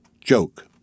joke